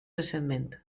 recentment